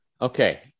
Okay